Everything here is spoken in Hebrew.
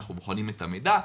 אנחנו בוחנים את המידע.